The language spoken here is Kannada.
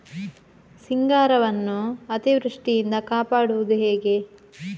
ಸಿಂಗಾರವನ್ನು ಅತೀವೃಷ್ಟಿಯಿಂದ ಕಾಪಾಡುವುದು ಹೇಗೆ?